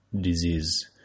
disease